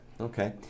Okay